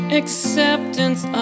acceptance